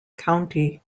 county